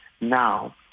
now